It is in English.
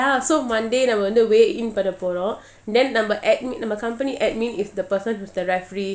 ya so monday நம்மவந்து:namma vandhu weigh-in போறோம்:porom then நம்ம:namma admin நம்ம:namma company admin is the person who's the referee